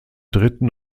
dritten